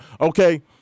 okay